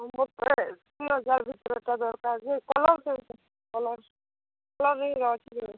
ମୁଁ କ'ଣରେ ତିନ ହଜାର ଭିତରେ ଦରକାର ଯେ କଲର୍ କେନ୍ତା କଲର୍